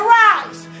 rise